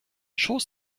schoß